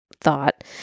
thought